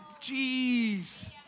Jeez